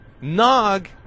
Nog